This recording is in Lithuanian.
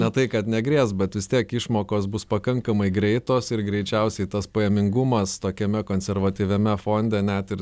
ne tai kad negrės bet vis tiek išmokos bus pakankamai greitos ir greičiausiai tas pajamingumas tokiame konservatyviame fonde net ir